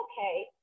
okay